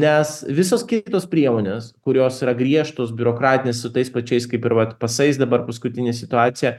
nes visos kitos priemonės kurios yra griežtos biurokratinės su tais pačiais kaip ir vat pasais dabar paskutinė situacija